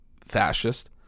fascist